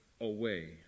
away